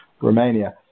romania